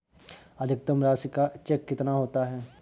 अधिकतम राशि का चेक कितना होता है?